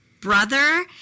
brother